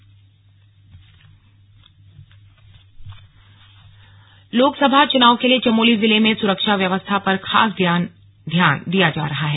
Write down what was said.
सुरक्षा व्यवस्था लोकसभा चुनाव के लिए चमोली जिले में सुरक्षा व्यवस्था पर खास ध्यान दिया जा रहा है